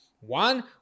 One